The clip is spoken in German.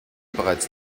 bereits